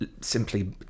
simply